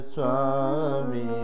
Swami